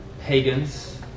pagans